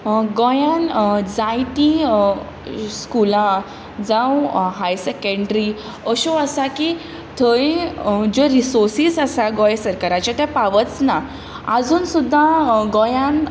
गोंयांत जायतीं स्कुलां जावं हायर सेकँड्री अश्यो आसा की थंय ज्यो रिसोर्सीस आसा गोंय सरकाराचे ते पावच ना आजून सुद्दां गोंयांत